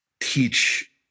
teach